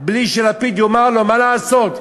בלי שלפיד יאמר לו מה לעשות,